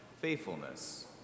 faithfulness